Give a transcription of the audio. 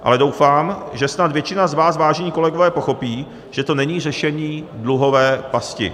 Ale doufám, že snad většina z vás, vážení kolegové, pochopí, že to není řešení dluhové pasti.